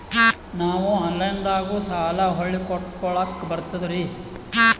ನಾವು ಆನಲೈನದಾಗು ಸಾಲ ಹೊಳ್ಳಿ ಕಟ್ಕೋಲಕ್ಕ ಬರ್ತದ್ರಿ?